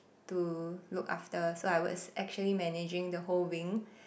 to look after so I was actually managing the whole wing